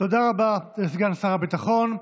תודה רבה לסגן שר הביטחון.